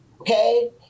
okay